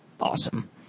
awesome